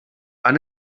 han